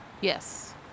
Yes